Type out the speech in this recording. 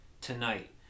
tonight